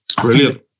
Brilliant